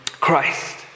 Christ